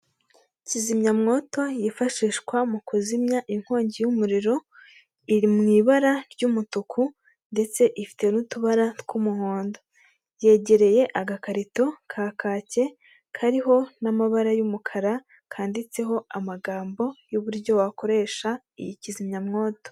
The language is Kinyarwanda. Kizimyamwoto yifashishwa mu kuzimya inkongi y'umuriro iri mu ibara ry'umutuku ndetse ifite n'utubara tw'umuhondo yegereye agakarito ka kake kariho n'amabara y'umukara kanditseho amagambo y'uburyo wakoresha iyi kizimyamwoto.